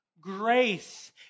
Grace